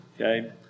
Okay